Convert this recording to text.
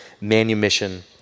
manumission